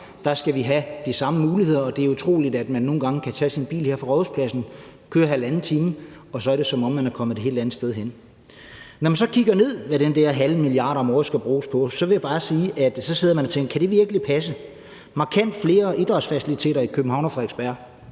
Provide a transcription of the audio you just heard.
skal have de samme muligheder, og det er utroligt, at man nogle gange kan tage sin bil her fra Rådhuspladsen, køre halvanden time, og så er det, som om man er kommet et helt andet sted hen. Når man så kigger ned i, hvad den der ½ mia. kr. om året skal bruges på, så vil jeg bare sige, at så sidder man og siger: Kan det virkelig passe? Markant flere idrætsfaciliteter i København og på Frederiksberg.